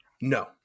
No